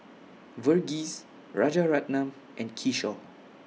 Verghese Rajaratnam and Kishore